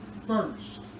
first